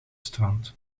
strand